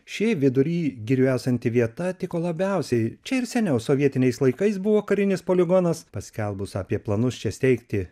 ši vidury girių esanti vieta tiko labiausiai čia ir seniau sovietiniais laikais buvo karinis poligonas paskelbus apie planus čia steigti